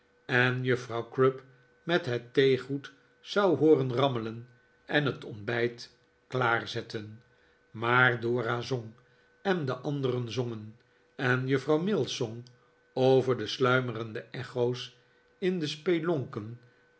en juffrouw crupp met het theegoed zou hooren rammelen en het ontbijt klaarzetten maar dora zong en de anderen zongen en juffrouw mills zong over de sluimerende echo's in de spelonken der